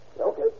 Okay